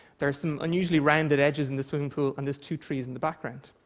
there are some unusually rounded edges in the swimming pool, and there's two trees in the background.